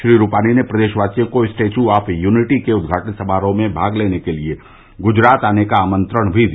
श्री रूपनी ने प्रदेशवासियों को स्टेच् ऑफ़ यूनिटी के उद्घाटन समारोह में भाग लेने के लिए गुजरात आने का आमंत्रण भी दिया